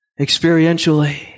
experientially